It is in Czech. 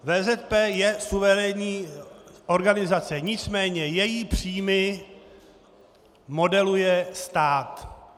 VZP je suverénní organizace, nicméně její příjmy modeluje stát.